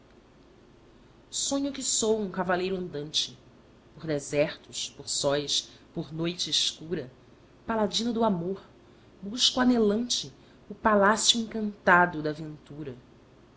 sonho que sou um cavalleiro andante por desertos por sóes por noite escura paladino do amor busco anhelante o palacio encantado da ventura